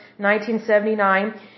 1979